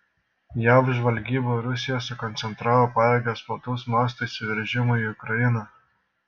jav žvalgyba rusija sukoncentravo pajėgas plataus mąsto įsiveržimui į ukrainą